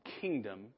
kingdom